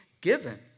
given